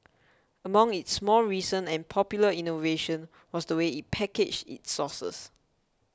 among its more recent and popular innovations was the way it packaged its sauces